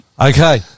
Okay